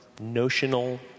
notional